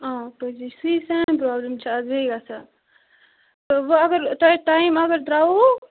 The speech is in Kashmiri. آ پٔزی سُے سانہِ روزن چھِ اَز بیٚیہِ گژھان تہٕ وۅنۍ اگر تۄہہِ ٹایِم اگر درٛاوُوٕ